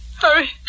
Hurry